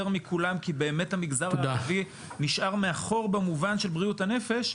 מכולם כי באמת המגזר הערבי נשאר מאחור במובן של בריאות הנפש,